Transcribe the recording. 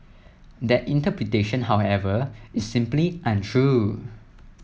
that interpretation however is simply untrue